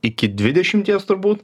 iki dvidešimties turbūt